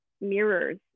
mirrors